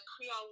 Creole